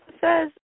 says